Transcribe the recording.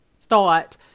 thought